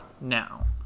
now